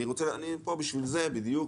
אני פה בשביל זה בדיוק,